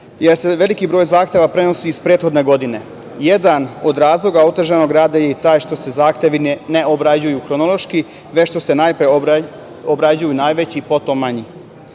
jer se veliki broj zahteva prenosi iz prethodne godine. Jedan od razloga otežanog rada je i taj što se zahtevi ne obrađuju hronološki, već što se najpre obrađuju najveći, a potom manji. Svi